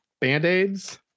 band-aids